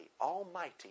Almighty